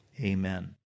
amen